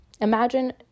imagine